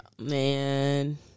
Man